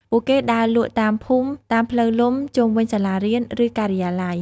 ពួកគេដើរលក់តាមភូមិ តាមផ្លូវលំ ជុំវិញសាលារៀន ឬការិយាល័យ។